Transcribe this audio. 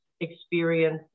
experience